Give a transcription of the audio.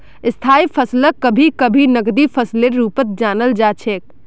स्थायी फसलक कभी कभी नकदी फसलेर रूपत जानाल जा छेक